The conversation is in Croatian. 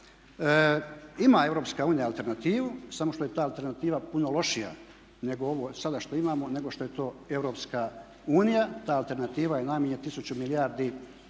Ima EU alternativu samo što je ta alternativa puno lošija nego ovo sada što imamo nego što je to Europska unija. Ta alternativa je najmanje tisuću milijardi